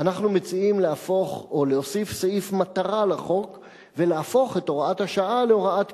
אנחנו מציעים להוסיף סעיף מטרה לחוק ולהפוך את הוראת השעה להוראת קבע,